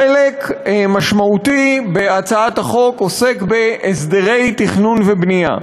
חלק משמעותי בהצעת החוק עוסק בהסדרי תכנון ובנייה.